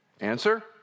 Answer